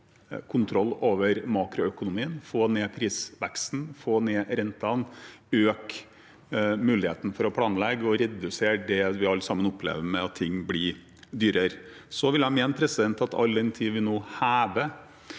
kontroll over makroøkonomien, få ned prisveksten, få ned rentene, øke muligheten for å planlegge, og redusere det vi alle sammen opplever med at ting blir dyrere. Så vil jeg mene at all den tid vi nå hever